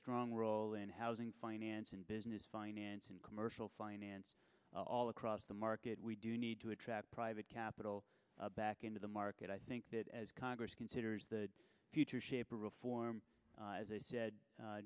strong role in housing finance and business finance and commercial finance all across the market we do need to attract private capital back into the market i think that as congress considers the future shape or reform as i said